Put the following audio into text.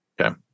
Okay